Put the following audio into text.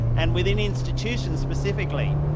and within institutions specifically.